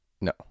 No